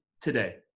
today